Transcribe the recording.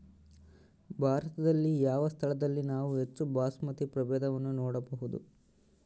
ಭಾರತದಲ್ಲಿ ಯಾವ ಸ್ಥಳದಲ್ಲಿ ನಾವು ಹೆಚ್ಚು ಬಾಸ್ಮತಿ ಪ್ರಭೇದವನ್ನು ನೋಡಬಹುದು?